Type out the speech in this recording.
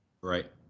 Right